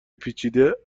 پیچیده